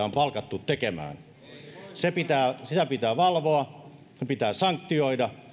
on palkattu tekemään sitä pitää valvoa se pitää sanktioida